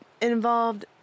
involved